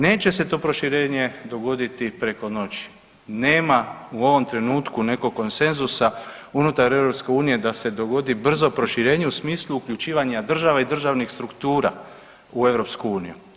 Neće se to proširenje dogoditi preko noći, nema u ovom trenutku nekog konsenzusa unutar EU da se dogodi brzo proširenje u smislu uključivanja država i državnih struktura u EU.